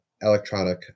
electronic